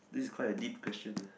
this is quite a deep question eh